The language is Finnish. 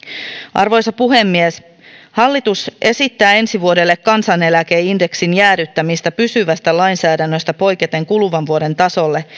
arvoisa puhemies hallitus esittää ensi vuodelle kansaneläkeindeksin jäädyttämistä pysyvästä lainsäädännöstä poiketen kuluvan vuoden tasolle